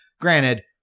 granted